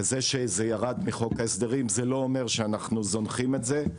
וזה שזה ירד מחוק ההסדרים זה לא אומר שאנחנו מזניחים את זה,